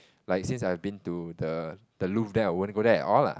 like since I have been to the the Louvre then I won't go there at all lah